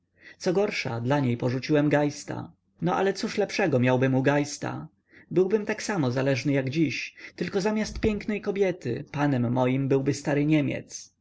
co gorsze dla niej porzuciłem geista no ale cóż lepszego miałbym u geista byłbym tak samo zależny jak dziś tylko zamiast pięknej kobiety panem moim byłby stary niemiec